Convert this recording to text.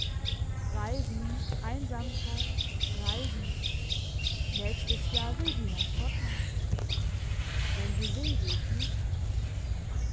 reisen einsamkeit reisen nächstes jahr will sie nach schottland wenn sie will geh ich mit